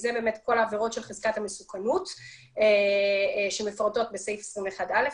אלה באמת כל העבירות של חזקת המסוכנות שמפורטות בסעיף 21(א),